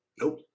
Nope